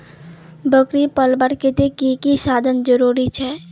बकरी पलवार केते की की साधन जरूरी छे?